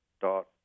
dot